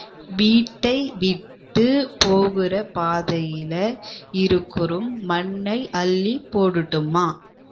வீட்டை விட்டு போகிற பாதையில் இருக்குற மண்ணை அள்ளி போடட்டுமா